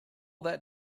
that